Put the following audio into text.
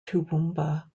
toowoomba